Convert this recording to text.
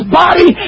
body